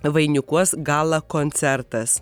vainikuos gala koncertas